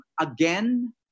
again